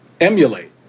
emulate